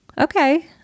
Okay